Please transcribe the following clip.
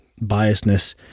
biasness